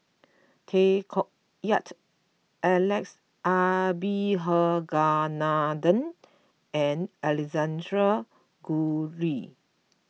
Tay Koh Yat Alex Abisheganaden and Alexander Guthrie